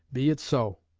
be it so.